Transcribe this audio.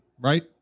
right